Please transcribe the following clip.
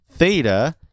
Theta